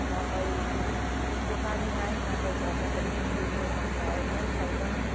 मकै जो पानी नआई मकै छर्दाखेरि उम्रिने सम्भावना नै छैन